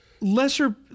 lesser